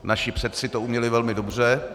Naši předci to uměli velmi dobře.